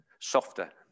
softer